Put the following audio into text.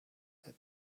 that